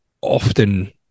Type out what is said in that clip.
often